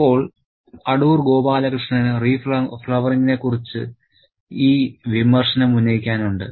ഇപ്പോൾ അടൂർ ഗോപാലകൃഷ്ണന് 'റീഫ്ലവറിംഗി'നെക്കുറിച്ച് ഈ വിമർശനമുന്നയിക്കാനുണ്ട്